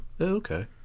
Okay